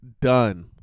done